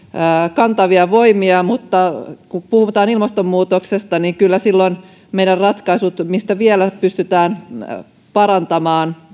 kantavia voimia mutta kun puhutaan ilmastonmuutoksesta niin kyllä silloin meidän ratkaisumme mitä vielä pystytään parantamaan